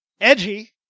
edgy